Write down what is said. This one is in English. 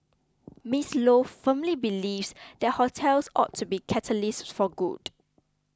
Miss Lo firmly believes that hotels ought to be catalysts for good